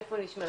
איפה היא נשמרת,